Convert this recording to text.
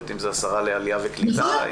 אם זו השרה לעלייה וקליטה,